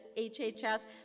HHS